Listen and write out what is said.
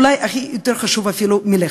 אולי אפילו יותר חשוב מלחם.